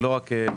לא רק באופקים.